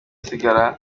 asigara